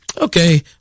Okay